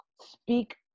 speak